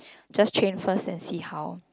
just train first then see how